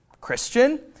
Christian